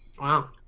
Wow